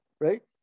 Right